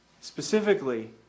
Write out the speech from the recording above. Specifically